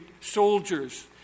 soldiers